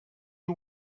you